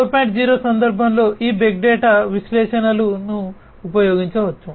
0 సందర్భంలో ఈ big data విశ్లేషణలను ఉపయోగించవచ్చు